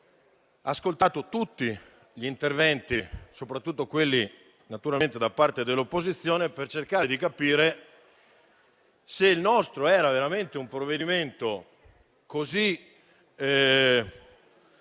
Ho ascoltato tutti gli interventi, soprattutto quelli dell'opposizione, per cercare di capire se il nostro era veramente un provvedimento così